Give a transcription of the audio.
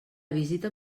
visita